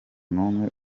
numwe